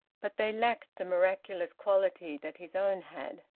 but they lacked the miraculous quality that his own had.